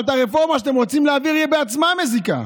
אבל הרפורמה שאתם רוצים להעביר, היא בעצמה מזיקה,